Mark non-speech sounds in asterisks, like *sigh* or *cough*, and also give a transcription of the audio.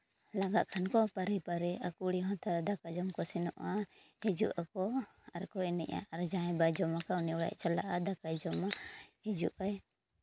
ᱞᱟᱸᱜᱟᱜ ᱠᱷᱟᱱ ᱠᱚ ᱯᱟᱹᱨᱤ ᱯᱟᱹᱨᱤ ᱠᱩᱲᱤ ᱦᱚᱸ *unintelligible* ᱫᱟᱠᱟ ᱡᱚᱢ ᱠᱚ ᱥᱮᱱᱚᱜᱼᱟ ᱦᱤᱡᱩᱜ ᱟᱠᱚ ᱟᱨᱠᱚ ᱮᱱᱮᱡᱼᱟ ᱟᱨ ᱡᱟᱦᱟᱸᱭ ᱵᱟᱭ ᱡᱚᱢ ᱟᱠᱟᱫᱼᱟ ᱩᱱᱤ ᱚᱲᱟᱜ ᱮ ᱪᱟᱞᱟᱜᱼᱟ ᱫᱟᱠᱟᱭ ᱡᱚᱢᱟ ᱦᱤᱡᱩᱜ ᱟᱭ